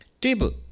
Table